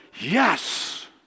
Yes